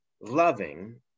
loving